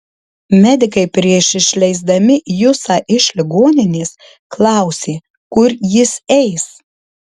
medikai prieš išleisdami jusą iš ligoninės klausė kur jis eis